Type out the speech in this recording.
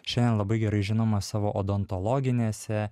šiandien labai gerai žinomas savo odontologiniuose